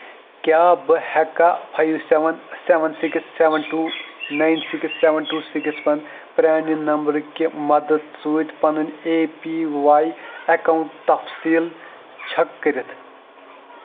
کیٛاہ بہٕ ہیٚکا five seven seven six seven two nine six seven two six one پران نمبرِ کہِ مدد سۭتۍ پنُن اے پی واے اکاؤنٹ تفصیٖل چھکھ کٔرِتھ؟